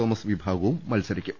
Thomas വിഭാഗവും മത്സരിക്കും